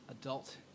Adult